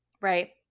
right